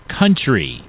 country